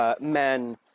men